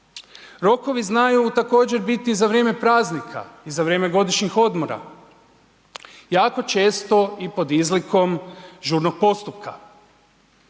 Rokovi znaju također biti za vrijeme praznika i za vrijeme godišnjih odmora, jako često i pod izlikom žurnog postupka.